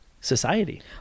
society